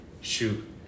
Shoot